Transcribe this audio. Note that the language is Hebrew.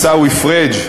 פריג',